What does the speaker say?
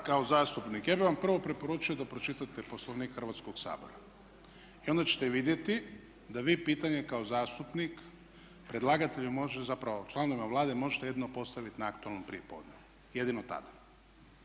kao zastupnik ja bi vam prvo preporučio da pročitate Poslovnik Hrvatskog sabora i onda ćete vidjeti da vi pitanje kao zastupnik predlagatelju možete, zapravo članovima Vlade možete jedino postaviti na aktualnom prijepodnevu, jedino tada.